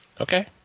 Okay